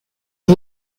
est